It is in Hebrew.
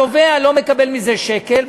התובע לא מקבל מזה שקל.